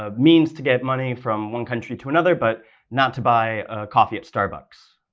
ah means to get money from one country to another, but not to buy coffee at starbucks.